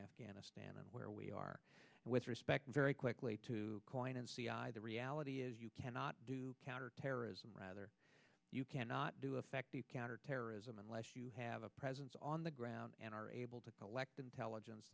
afghanistan and where we are with respect very quickly to coin and c i the reality is you cannot do counterterrorism rather you cannot do affect the powder terrorism unless you have a presence on the ground and are able to collect intelligence